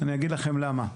ואגיד לכם למה.